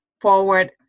forward